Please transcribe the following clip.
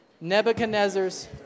Nebuchadnezzar's